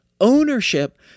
Ownership